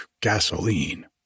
gasoline